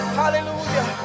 hallelujah